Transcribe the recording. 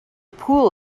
pool